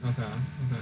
okay